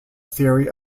theory